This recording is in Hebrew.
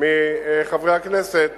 מחברי הכנסת